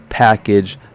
package